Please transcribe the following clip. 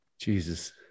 Jesus